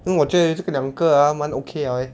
因为我觉得有这个两个 ah 蛮 okay liao eh